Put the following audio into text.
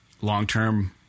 long-term